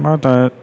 ओतऽ